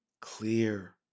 clear